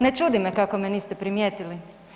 Ne čudi me kako me niste primijetili.